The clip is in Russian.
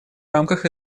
рамках